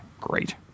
great